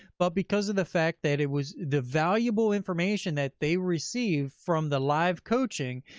but because of the fact that it was the valuable information that they received from the live coaching,